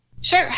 Sure